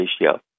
ratio